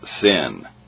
sin